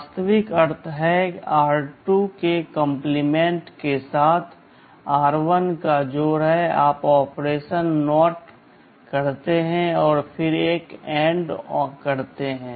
वास्तविक अर्थ है r2 के कॉम्प्लीमेंट के साथ r1 का जोड़ है आप ऑपरेशन NOT करते हैं और फिर एक AND करते हैं